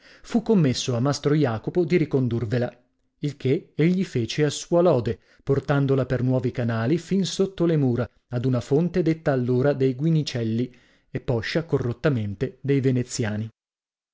fu commesso a mastro jacopo di ricondurvela il che egli fece a sua lode portandola per nuovi canali fin sotto le mura ad una fonte detta allora dei guinicelli e poscia corrottamente dei veneziani